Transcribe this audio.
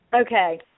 Okay